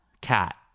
Cat